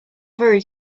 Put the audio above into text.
very